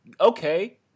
okay